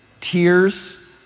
tears